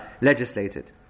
legislated